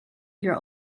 your